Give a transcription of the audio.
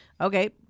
okay